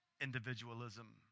individualism